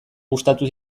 gustatu